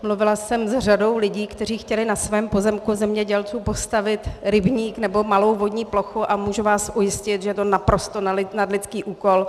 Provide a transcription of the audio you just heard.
Mluvila jsem s řadou lidí, kteří chtěli na svém pozemku zemědělcům postavit rybník nebo malou vodní plochu, a můžu vás ujistit, že je to naprosto nadlidský úkol.